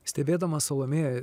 stebėdamas salomėją